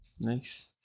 Nice